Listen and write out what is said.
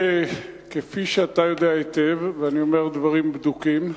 כפי שאתה יודע היטב, ואני אומר דברים בדוקים,